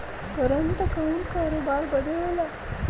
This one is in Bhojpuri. करंट अकाउंट करोबार बदे होला